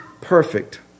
perfect